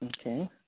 Okay